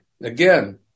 again